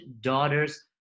daughter's